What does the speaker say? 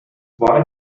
why